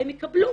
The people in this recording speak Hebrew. הם יקבלו.